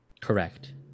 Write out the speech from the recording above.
Correct